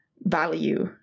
value